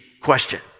question